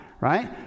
right